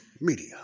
media